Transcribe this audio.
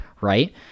Right